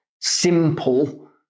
simple